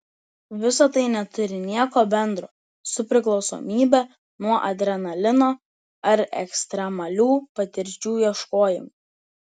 visa tai neturi nieko bendro su priklausomybe nuo adrenalino ar ekstremalių patirčių ieškojimu